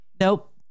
nope